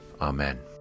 Amen